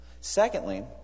Secondly